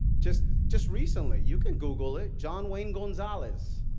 just just recently, you can google it, john wayne gonzales,